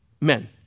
Men